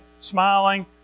smiling